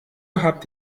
habt